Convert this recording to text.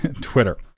Twitter